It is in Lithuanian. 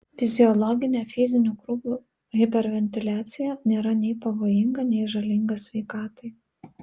fiziologinė fizinių krūvių hiperventiliacija nėra nei pavojinga nei žalinga sveikatai